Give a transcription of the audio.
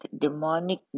demonic